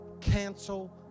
cancel